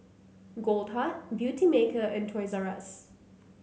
Goldheart Beautymaker and Toys R Us